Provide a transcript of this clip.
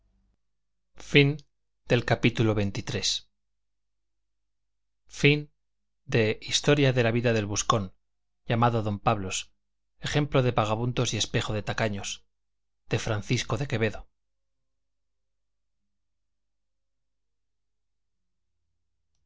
gutenberg ebook historia historia de la vida del buscón llamado don pablos ejemplo de vagamundos y espejo de tacaños de francisco de quevedo